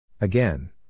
Again